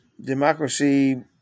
Democracy